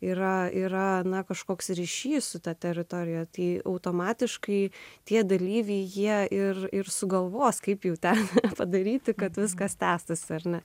yra yra na kažkoks ryšys su ta teritorija tai automatiškai tie dalyviai jie ir ir sugalvos kaip jų tą padaryti kad viskas tęstųsi ar ne